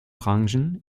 branchen